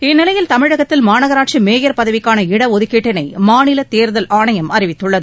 இந்நிலையில் தமிழகத்தில் மாநகராட்சி மேயர் பதவிக்கான இடஒதுக்கீட்டினை மாநில தேர்தல் ஆணையம் அறிவித்துள்ளது